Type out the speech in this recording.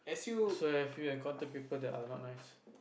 so have you encountered people that are not nice